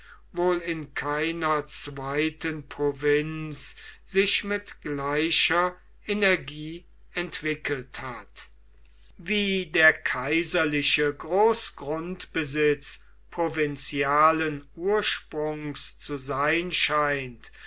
wohl in keiner zweiten provinz sich mit gleicher energie entwickelt hat wie der kaiserliche großgrundbesitz provinzialen ursprungs zu sein scheint